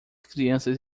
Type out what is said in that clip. crianças